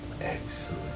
Excellent